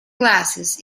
glasses